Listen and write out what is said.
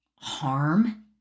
harm